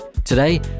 Today